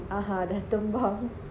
(uh huh) dah tembam